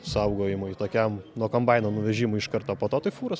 saugojimui tokiam nuo kombaino nuvežimui iš karto o po to tai fūros